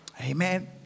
Amen